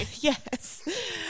Yes